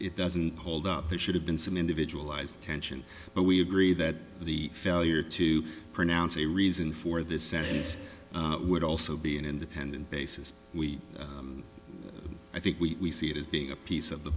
it doesn't hold up there should have been some individual ised tension but we agree that the failure to pronounce a reason for this sentence would also be an independent basis we i think we see it as being a piece of the